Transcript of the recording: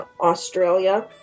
Australia